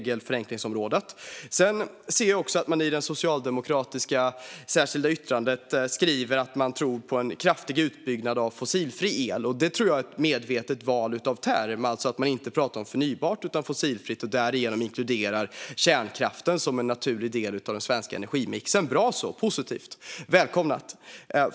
Jag ser också att Socialdemokraterna i sitt särskilda yttrande skriver att man tror på en kraftig utbyggnad av fossilfri el. Det tror jag är ett medvetet val av term, alltså att man inte pratar om förnybart utan om fossilfritt och därigenom inkluderar kärnkraften som en naturlig del av den svenska energimixen. Bra så - positivt och välkommet!